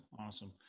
Awesome